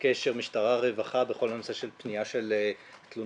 תודה רבה לכל מי שהגיעו לכאן,